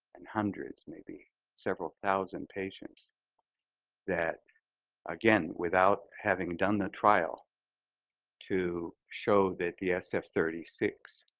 and hundreds, maybe several thousand patients that again, without having done the trial to show that the sf thirty six,